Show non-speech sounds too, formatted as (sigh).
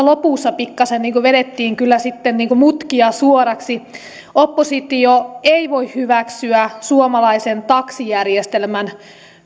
(unintelligible) lopussa pikkasen vedettiin kyllä sitten mutkia suoraksi oppositio ei voi hyväksyä suomalaisen taksijärjestelmän